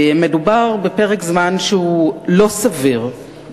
מדובר בפרק זמן שהוא לא סביר,